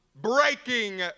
breaking